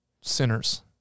sinners